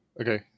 Okay